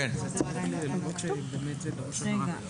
רחל, זה דורש הבהרה.